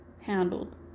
handled